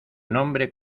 nombre